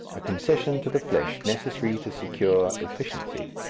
a concession to the flesh necessary to secure efficiency.